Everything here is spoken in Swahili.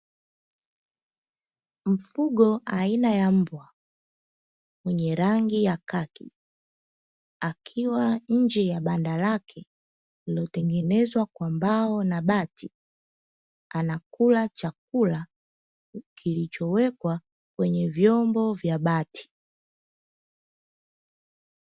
Mfugo aina ya mbwa, mwenye rangi ya kaki. Akiwa nje ya banda lake lililotengenezwa kwa mbao na bati. Anakula chakula kilichowekwa kwenye vyombo vya bati.